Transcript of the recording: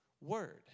word